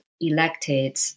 elected